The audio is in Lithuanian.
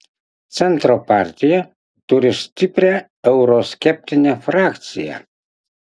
centro partija turi stiprią euroskeptinę frakciją